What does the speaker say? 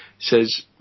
says